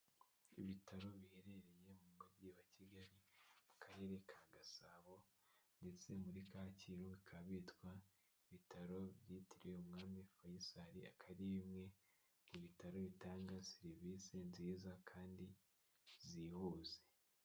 Ibitaro biherereye mu mujyi wa Kigali mu karere ka gasabo ndetse muri Kacyiru, hakaba hitwa ibitaro byitiriwe umwami fayisali. Akaba ari bimwe mu bitaro bitanga serivisi nziza kandi zihuse.